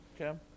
Okay